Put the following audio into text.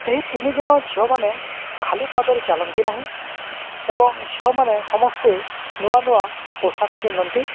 ଏହି ତିନିଦିନ ଝିଅମାନେ ଖାଲି ପାଦରେ ଚାଲନ୍ତି ନାହିଁ ଏବଂ ଝିଅମାନେ ସମସ୍ତେ ନୂଆ ନୂଆ ପୋଷାକ ପିନ୍ଧନ୍ତି